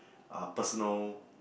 uh personal